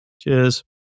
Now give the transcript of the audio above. Cheers